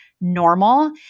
normal